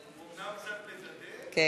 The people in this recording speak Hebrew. הוא אומנם קצת מדדה, אבל הוא מגיע.